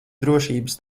drošības